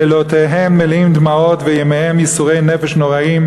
לילותיהן מלאים דמעות וימיהן ייסורי נפש נוראיים,